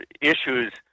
issues